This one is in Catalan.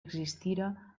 existira